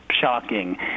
shocking